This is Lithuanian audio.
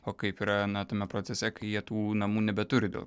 o kaip ir na tame procese kai jie tų namų nebeturi dėl